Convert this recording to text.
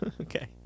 okay